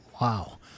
Wow